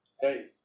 Hey